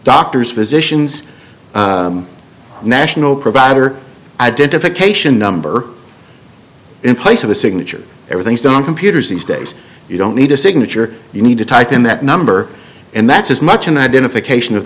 doctor's physician's national provider identification number in place of a signature everything's done on computers these days you don't need a signature you need to type in that number and that's as much an identification of